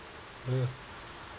!aiya!